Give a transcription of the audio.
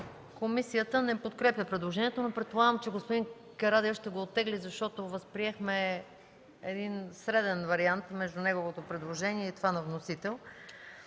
Комисията не подкрепя предложението. Предполагам, че господин Карадайъ ще го оттегли защото възприехме среден вариант между неговото предложение и това на вносителя.